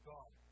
God